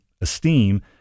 esteem